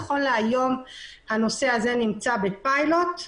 נכון להיום הנושא הזה נמצא בפיילוט.